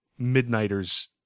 Midnighter's